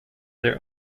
their